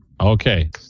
okay